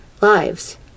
lives